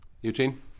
Eugene